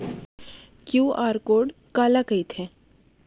QR code काला कहिथे?